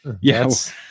Yes